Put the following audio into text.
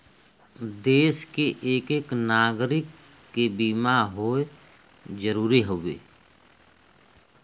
देस के एक एक नागरीक के बीमा होए जरूरी हउवे